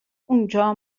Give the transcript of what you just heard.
اونجا